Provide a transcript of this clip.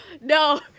no